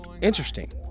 interesting